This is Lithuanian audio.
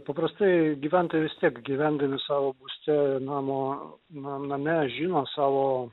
paprastai gyventojai vis tiek gyvendami savo būste namo na name žino savo